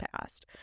Past